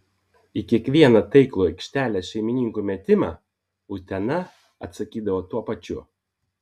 į kiekvieną taiklų aikštelės šeimininkių metimą utena atsakydavo tuo pačiu